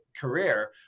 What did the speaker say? career